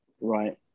Right